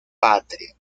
patria